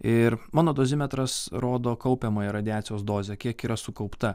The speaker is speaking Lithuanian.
ir mano dozimetras rodo kaupiamąją radiacijos dozę kiek yra sukaupta